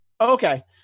Okay